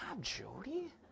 Jody